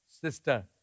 sister